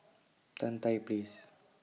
Tan Tye Place